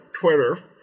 Twitter